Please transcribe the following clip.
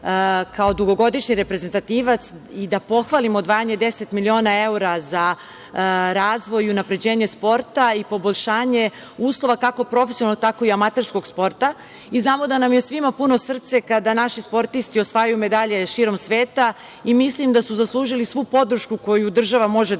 kao dugogodišnji reprezentativac i da pohvalim odvajanje 10 miliona evra za razvoj i unapređenje sporta i poboljšanje uslova kako profesionalnog, tako i amaterskog sporta i znamo da nam je svim puno srce kada naši sportisti osvajaju medalje širom sveta i mislim da su zaslužili svu podršku koju država može da